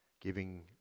Giving